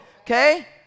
okay